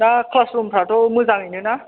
दा क्लास रुमफ्राथ' मोजाङैनो ना